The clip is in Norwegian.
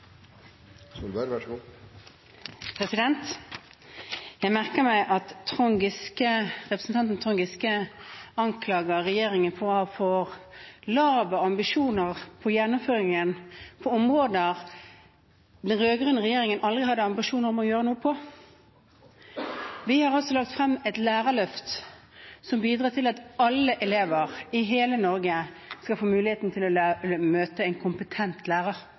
Jeg merker meg at representanten Trond Giske anklager regjeringen for å ha for lave ambisjoner for gjennomføringen på områder den rød-grønne regjeringen aldri hadde ambisjoner om å gjøre noe på. Vi har altså lagt frem et lærerløft som bidrar til at alle elever i hele Norge skal få muligheten til å møte en kompetent lærer,